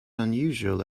unusual